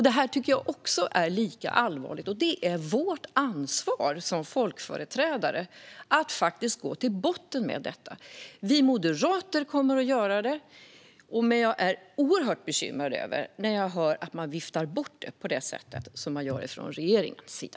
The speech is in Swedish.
Det tycker jag är allvarligt, och det är vårt ansvar som folkföreträdare att gå till botten med detta. Vi moderater kommer att göra det. Men jag blir oerhört bekymrad när jag hör att det viftas bort på det sätt som sker från regeringens sida.